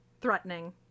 Threatening